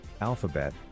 Alphabet